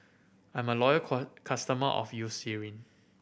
I'm a loyal customer of Eucerin